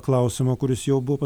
klausimo kuris jau buvo